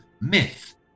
myth